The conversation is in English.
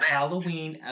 Halloween